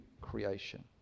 creation